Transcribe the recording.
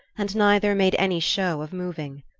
and neither made any show of moving.